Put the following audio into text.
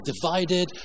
divided